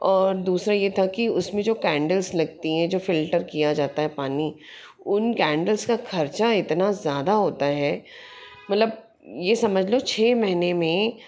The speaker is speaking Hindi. और दूसरा ये था कि उस में जो कैंडल्स लगती हैं जो फिल्टर किया जाता है पानी उन कैंडल्स का ख़र्च इतना ज़्यादा होता है मतलब ये समझ लो छः महीने में